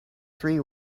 three